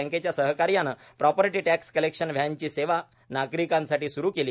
बँकेच्या सहकार्यानं property tax collection van ची सेवा नागरिकांसाठी स्रु केली